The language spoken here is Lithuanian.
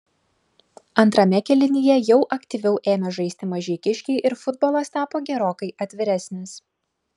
antrame kėlinyje jau aktyviau ėmė žaisti mažeikiškiai ir futbolas tapo gerokai atviresnis